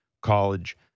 college